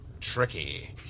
Tricky